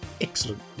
excellent